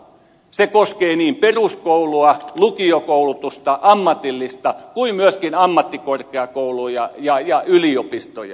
se koskee niin peruskoulua lukiokoulutusta ammatillista koulutusta kuin myös ammattikorkeakouluja ja yliopistoja